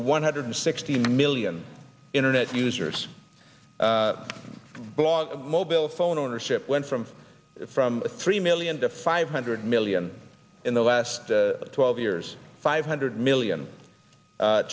one hundred sixty million internet users blog mobile phone ownership went from from three million to five hundred million in the last twelve years five hundred million